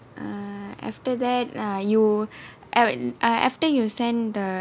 ah after that lah you I err after you send the